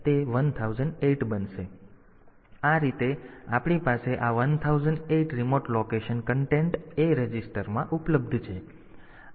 તેથી આ રીતે આપણી પાસે આ 1008 રીમોટ લોકેશન કન્ટેન્ટ A રજિસ્ટરમાં ઉપલબ્ધ છે